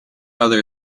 other